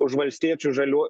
už valstiečių žaliuo